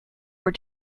were